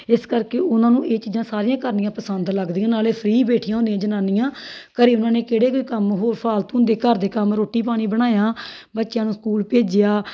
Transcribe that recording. ਇਸ ਕਰਕੇ ਉਹਨਾਂ ਨੂੰ ਇਹ ਚੀਜ਼ਾਂ ਸਾਰੀਆਂ ਕਰਨੀਆਂ ਪਸੰਦ ਲੱਗਦੀਆਂ ਨਾਲੇ ਫ੍ਰੀ ਬੇਠੀਆਂ ਹੁੰਦੀਆਂ ਜਨਾਨੀਆਂ ਘਰ ਉਹਨਾਂ ਨੇ ਕਿਹੜੇ ਕੋਈ ਕੰਮ ਹੋਰ ਫਾਲਤੂ ਹੁੰਦੇ ਘਰ ਦੇ ਕੰਮ ਰੋਟੀ ਪਾਣੀ ਬਣਾਇਆ ਬੱਚਿਆਂ ਨੂੰ ਸਕੂਲ ਭੇਜਿਆ